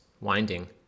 winding